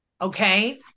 Okay